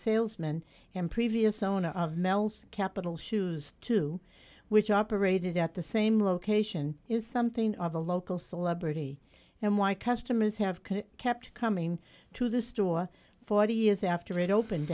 previous owner of mel's capital shoes too which operated at the same location is something of a local celebrity and why customers have kept coming to this store forty years after it opened